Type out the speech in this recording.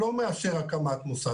הקמת מוסד.